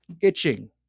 itching